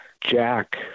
Jack